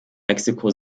mexiko